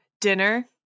dinner